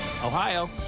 Ohio